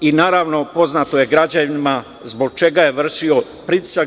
Naravno, poznato je građanima zbog čega je vršio pritisak.